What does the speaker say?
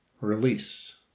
release